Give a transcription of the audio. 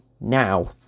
now